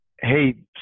Hey